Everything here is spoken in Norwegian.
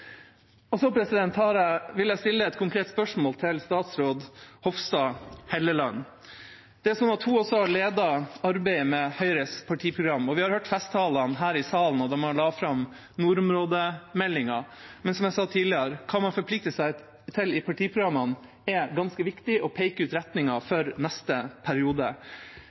Så vil jeg stille et konkret spørsmål til statsråd Hofstad Helleland. Hun har ledet arbeidet med Høyres partiprogram. Vi har hørt festtalene her i salen og da man la fram nordområdemeldingen, men som jeg sa tidligere: Hva man forplikter seg til i partiprogrammene, er ganske viktig og peker ut retningen for neste periode.